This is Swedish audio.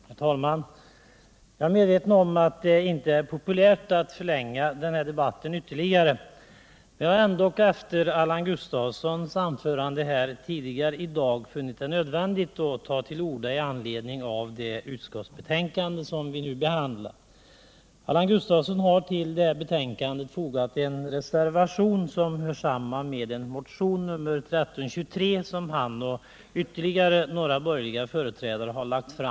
Herr talman! Jag är medveten om att det inte är populärt att förlänga den här debatten ytterligare. Men jag har ändock efter Allan Gustafssons anförande här tidigare i dag funnit det nödvändigt att ta till orda i anledning av det utskottsbetänkande som vi nu behandlar. Allan Gustafsson har till betänkandet fogat en reservation som hör samman med motionen 1323, som han och ytterligare några borgerliga företrädare har väckt.